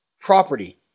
property